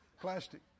plastic